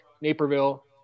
Naperville